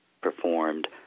performed